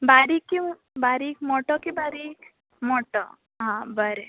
बारीक की बारीक मोटो की बारीक मोटो हां बरें